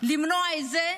למנוע את זה?